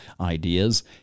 ideas